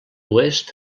oest